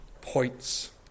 points